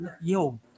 Yo